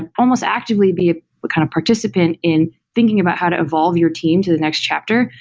and almost actively be a kind of participant in thinking about how to evolve your team to the next chapter.